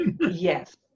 yes